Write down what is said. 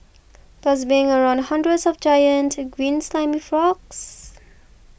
plus being around hundreds of giant green slimy frogs